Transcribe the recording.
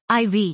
IV